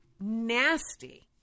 nasty